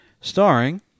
Starring